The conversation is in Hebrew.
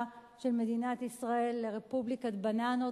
של מדינת ישראל לרפובליקת בננות,